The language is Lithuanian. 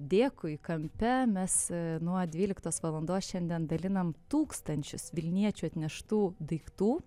dėkui kampe mes nuo dvyliktos valandos šiandien dalinam tūkstančius vilniečių atneštų daiktų